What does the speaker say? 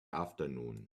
afternoon